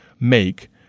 make